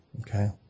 Okay